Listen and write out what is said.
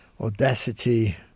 audacity